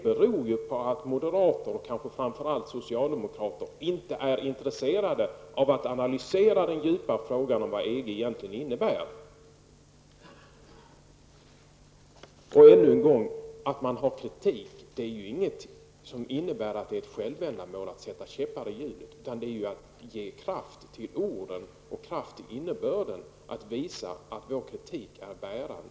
Men moderater och kanske framför allt socialdemokrater är inte intresserade av att analysera den djupa frågan om vad EG egentligen innebär. Ännu en gång vill jag framhålla följande. Att framföra kritik innebär inte att det är ett självändamål att sätta en käpp i hjulet. I stället handlar det om att sätta kraft bakom orden -- det måste vara en kraftfull innebörd. Vi vill således visa att vår kritik är bärande.